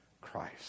Christ